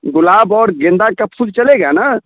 गुलाब और गेंदा का फूल चलेगा ना